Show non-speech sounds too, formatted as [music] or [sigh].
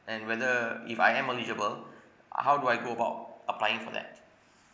and whether if I am eligible [breath] uh how do I go about applying for that